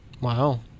Wow